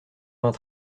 vingt